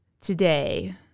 today